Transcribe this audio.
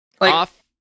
off